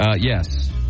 Yes